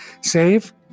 save